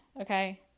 okay